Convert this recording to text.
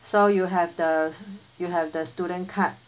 so you have the you have the student card